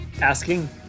asking